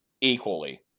equally